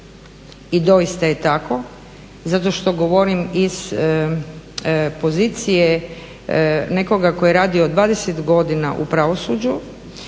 i doista je tako zato što govorim iz pozicije nekoga tko je radio 20 godina u pravosuđu,